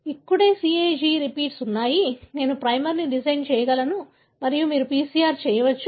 ఇక్కడే CAG repeats ఉన్నాయి నేను ప్రైమర్ని డిజైన్ చేయగలను మరియు మీరు PCR చేయవచ్చు